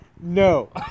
no